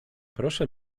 proszę